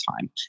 time